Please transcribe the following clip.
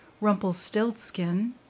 Rumpelstiltskin